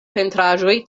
pentraĵoj